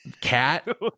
cat